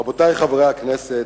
רבותי חברי הכנסת,